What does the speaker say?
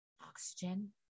oxygen